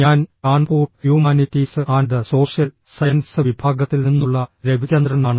ഞാൻ Kanpur humanities and social sciences വിഭാഗത്തിൽ നിന്നുള്ള രവിചന്ദ്രനാണ്